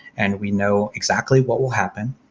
and we know exactly what will happen.